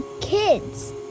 kids